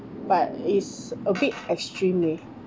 but is a bit extreme leh